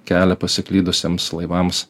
kelią pasiklydusiems laivams